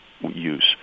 use